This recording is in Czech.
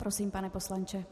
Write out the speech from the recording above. Prosím, pane poslanče.